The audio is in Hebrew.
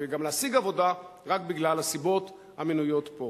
וגם להשיג עבודה, רק בגלל הסיבות המנויות פה.